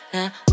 Now